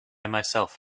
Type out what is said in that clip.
myself